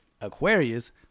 Aquarius